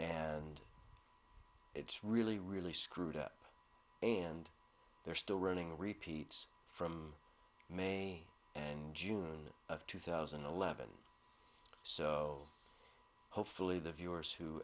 and it's really really screwed up and they're still running repeats from may and june of two thousand and eleven so hopefully the viewers who